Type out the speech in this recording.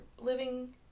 living